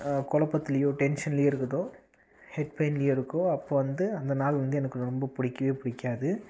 கொழப்பத்துலையோ டென்ஷன்லையோ இருக்குதோ ஹெட் பெயின்லையோ இருக்கோ அப்போது வந்து அந்த நாள் வந்து எனக்கு ரொம்ப பிடிக்கவே பிடிக்காது